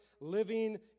living